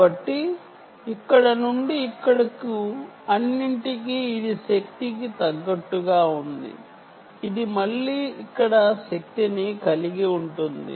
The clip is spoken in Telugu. కాబట్టి ఇక్కడ నుండి ఇక్కడికి అన్నింటికీ ఇది శక్తి తగ్గే విధంగా ఉంటుంది ఇది మళ్ళీ ఇక్కడ శక్తిని కలిగి ఉంటుంది